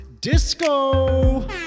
Disco